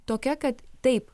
tokia kad taip